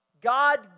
God